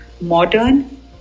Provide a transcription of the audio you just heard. modern